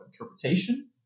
interpretation